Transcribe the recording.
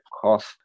cost